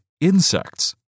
insects